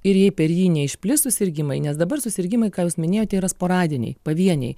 ir jei per jį neišplis susirgimai nes dabar susirgimai ką jūs minėjote yra sporadiniai pavieniai